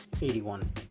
Eighty-one